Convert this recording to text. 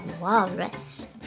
walrus